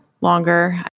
longer